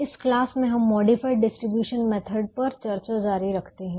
इस क्लास में हम मॉडिफाइड डिस्ट्रीब्यूशन मेथड मतलब संशोधित वितरण विधि पर चर्चा जारी रखते हैं